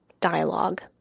dialogue